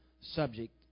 subject